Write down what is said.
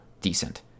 decent